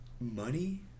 Money